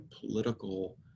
political